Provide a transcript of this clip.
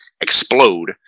explode